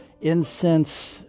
incense